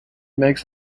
makes